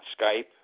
Skype